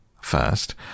First